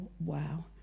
wow